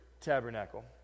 tabernacle